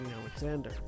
Alexander